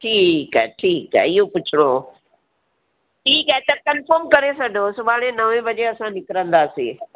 ठीकु आहे ठीकु आहे इहे पुछिणो हो ठीकु आहे त कंफ़र्म करे छॾो सुभाणे नवें बजे असां निकिरंदासीं